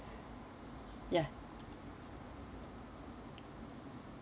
ya